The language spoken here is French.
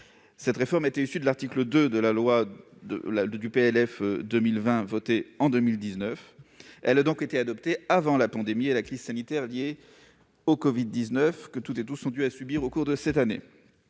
Cette réforme était issue de l'article 2 de la loi du 28 décembre 2019 de finances pour 2020. Elle a donc été adoptée avant la pandémie et la crise sanitaire liée au covid-19, que toutes et tous ont eu à subir au cours de cette année,